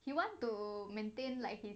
he want to maintain like his